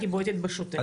הייתי בועטת בשוטר.